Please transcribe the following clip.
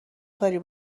کاری